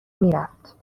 میرفت